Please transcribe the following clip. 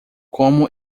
como